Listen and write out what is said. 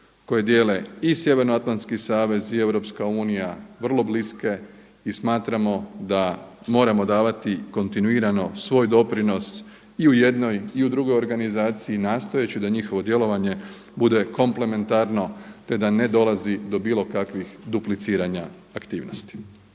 koje dijele i Sjevernoatlantski savez i EU vrlo bliske i smatramo da moramo davati kontinuirano svoj doprinos i u jednoj i u drugoj organizaciji nastojeći da njihovo djelovanje bude komplementarno, te da ne dolazi do bilo kakvih dupliciranja aktivnosti.